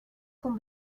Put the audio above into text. con